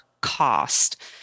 cost